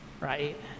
right